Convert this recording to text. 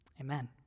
amen